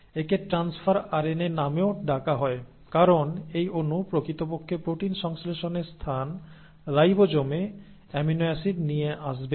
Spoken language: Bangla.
একে ট্রান্সফার আরএনএ নামেও ডাকা হয় কারণ এই অণু প্রকৃতপক্ষে প্রোটিন সংশ্লেষণের স্থান রাইবোজোমে অ্যামিনো অ্যাসিড নিয়ে আসবে